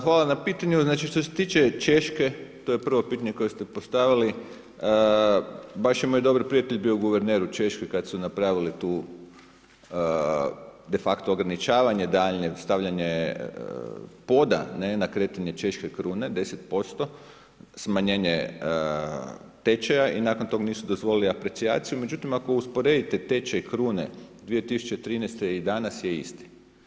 Hvala na pitanju, znači što se tiče Češke, to je prvo pitanje koje ste postavili, baš je moj dobar prijatelj bio guverner u Češkoj kada su napravili tu de facto ograničavanje daljnje, stavljanje poda na kretanju češke krune 10%, smanjenje tečaja i nakon toga nisu dozvolili aprecijaciju, međutim, ako usporedite tečaj krune 2013. i danas je isti.